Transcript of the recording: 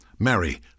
Mary